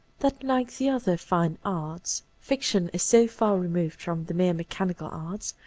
that, like the other fine arts, fiction is so far removed from the mere mechanical arts,